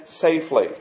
safely